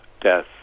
death